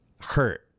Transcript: hurt